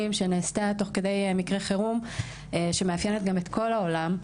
שנעשתה תוך כדי מקרי חירום ושמאפיינת גם את כל העולם,